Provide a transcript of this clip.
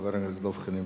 חבר הכנסת דב חנין,